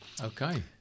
Okay